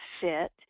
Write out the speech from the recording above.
fit